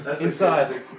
inside